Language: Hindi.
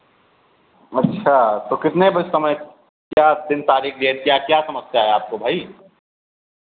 अच्छा तो कितने बजे समय क्या दिन तारीख डेट क्या क्या समस्या है आपको भाई